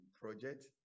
Project